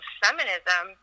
feminism